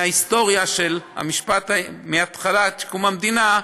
מההיסטוריה, מקום המדינה.